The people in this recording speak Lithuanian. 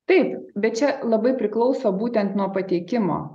taip bet čia labai priklauso būtent nuo pateikimo